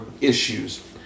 issues